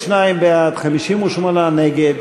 62 בעד, 58 נגד,